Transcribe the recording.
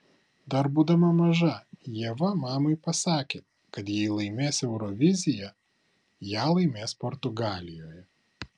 dar būdama maža ieva mamai pasakė kad jei laimės euroviziją ją laimės portugalijoje